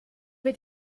wir